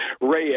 Ray